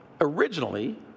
originally